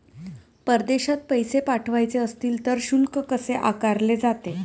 परदेशात पैसे पाठवायचे असतील तर शुल्क कसे आकारले जाते?